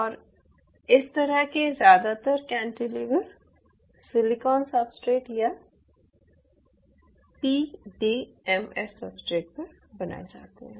और इस प्रकार के ज़्यादातर कैंटिलीवर सिलिकॉन सब्सट्रेट पर या पीडीएमएस सब्सट्रेट पर बनाए जाते हैं